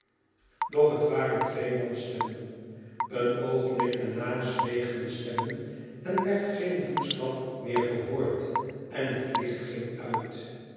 doch het waren in db duisternis twee mansstemmen een oogeublik daarna zwegen de stemmen er werd geen voetstap meer gehoord en het licht ging uit